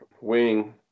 wing